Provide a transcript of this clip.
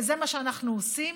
וזה מה שאנחנו עושים,